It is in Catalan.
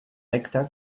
recta